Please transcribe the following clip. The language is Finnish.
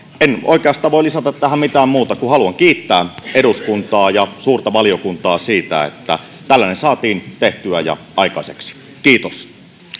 enkä oikeastaan voi lisätä tähän mitään muuta kuin sen että haluan kiittää eduskuntaa ja suurta valiokuntaa siitä että tällainen saatiin tehtyä ja aikaiseksi kiitos